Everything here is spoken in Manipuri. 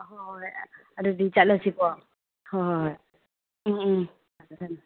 ꯍꯣꯏ ꯍꯣꯏ ꯍꯣꯏ ꯑꯗꯨꯗꯤ ꯆꯠꯂꯁꯤꯀꯣ ꯍꯣꯏ ꯍꯣꯏ ꯍꯣꯏ ꯎꯝ ꯎꯝ ꯊꯝꯃꯦ ꯊꯝꯃꯦ